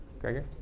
Gregor